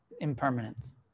impermanence